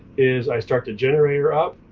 is i start the generator up.